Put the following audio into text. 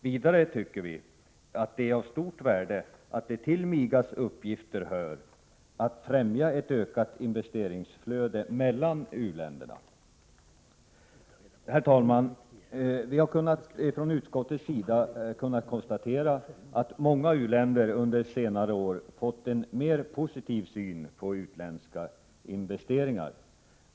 Vidare tycker vi att det är av stort värde att till MIGA:s uppgifter hör att främja ett ökat investeringsflöde mellan u-länder. Herr talman! Utskottet har kunnat konstatera att många u-länder under senare år fått en mer positiv syn på utländska investeringar.